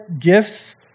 gifts